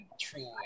true